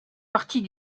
partie